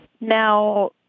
Now